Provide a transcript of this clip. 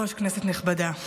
נכבדה,